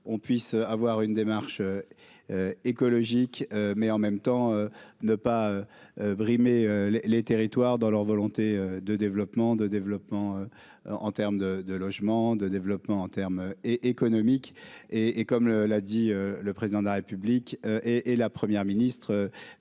on puisse avoir une démarche écologique mais en même temps ne pas brimer les les territoires dans leur volonté de développement de développement en terme de de logement de développement en terme et économique et et comme le la. Si le président de la République et et la première ministre